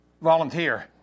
volunteer